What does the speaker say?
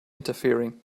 interfering